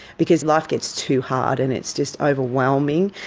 because life gets too hard and it's just overwhelming,